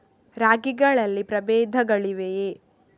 ರಾಗಿಗಳಲ್ಲಿ ಪ್ರಬೇಧಗಳಿವೆಯೇ?